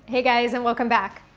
hey guys and welcome back.